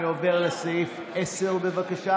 אני עובר לסעיף 10, בבקשה